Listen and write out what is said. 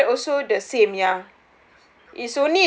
travel period also the same ya